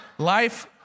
Life